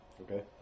Okay